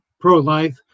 pro-life